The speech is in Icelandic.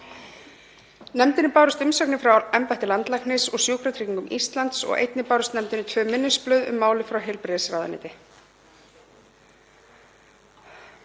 Nefndinni bárust umsagnir frá embætti landlæknis og Sjúkratryggingum Íslands og einnig bárust nefndinni tvö minnisblöð um málið frá heilbrigðisráðuneyti.